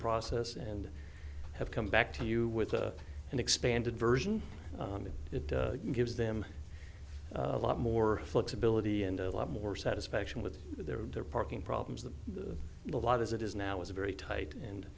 process and have come back to you with a and expanded version it gives them a lot more flexibility and a lot more satisfaction with their parking problems that a lot as it is now is a very tight and